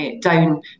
down